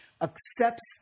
accepts